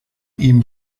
ihm